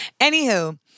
Anywho